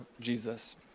Jesus